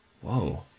Whoa